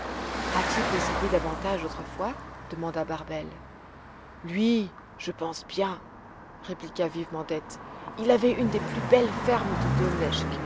a-t-il possédé davantage autrefois demanda barbel lui je pense bien répliqua vivement dete il avait une des plus belles fermes de